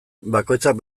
bakoitzak